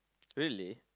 really